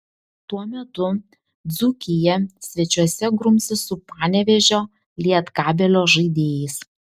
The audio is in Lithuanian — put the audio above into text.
tuo metu dzūkija svečiuose grumsis su panevėžio lietkabelio žaidėjais